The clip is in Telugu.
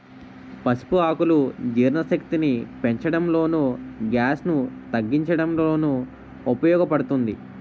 పసుపు ఆకులు జీర్ణశక్తిని పెంచడంలోను, గ్యాస్ ను తగ్గించడంలోనూ ఉపయోగ పడుతుంది